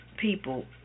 people